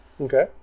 okay